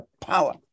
power